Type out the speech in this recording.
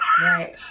right